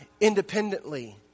independently